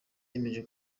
yemeje